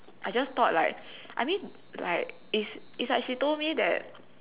I just thought like I mean like is like she told me that